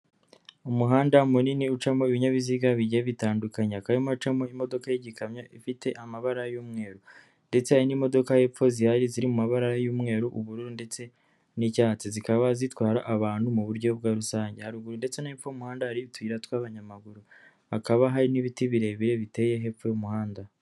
Umuhanda munini ucamo ibinyabiziga bigiye bitandukanye hakaba harimo haracamo imodoka y'igikamyo ifite amabara y'umweru ndetse hari n'imodoka yepfo zihari ziri mu mabara y'umweru, ubururu ndetse n'icyatsi, zikaba zitwara abantu mu buryo bwa rusange, haruguru ndetse no hepfo y'umuhanda hari utuyira tw'abanyamaguru, hakaba hari n'ibiti birebire biteye hepfo y'umuhanda.